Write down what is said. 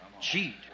Cheat